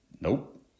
Nope